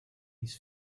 his